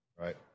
right